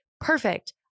perfect